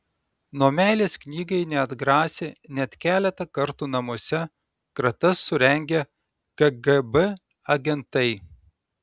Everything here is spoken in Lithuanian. nuo meilės knygai neatgrasė net keletą kartų namuose kratas surengę kgb agentai